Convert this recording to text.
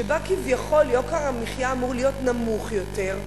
שבה כביכול יוקר המחיה אמור להיות נמוך יותר,